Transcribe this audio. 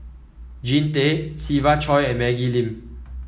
Jean Tay Siva Choy and Maggie Lim